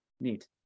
Neat